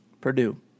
Purdue